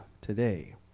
today